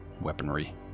weaponry